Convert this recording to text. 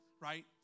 Right